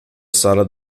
sala